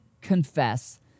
confess